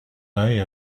œil